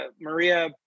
Maria